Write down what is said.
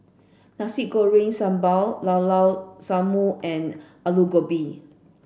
Nasi Goreng Sambal Llao Llao Sanum and Aloo Gobi